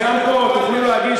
אתה צודק.